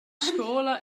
scola